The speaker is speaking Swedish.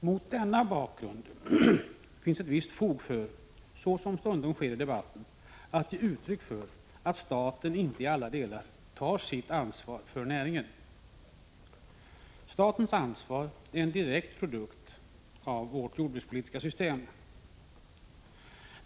Mot denna bakgrund finns det visst fog för, såsom stundom sker i debatten, att ge uttryck för att staten inte i alla delar tar sitt ansvar för jordbruksnäringen. Statens ansvar är en direkt produkt av vårt jordbrukspolitiska system.